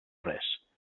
res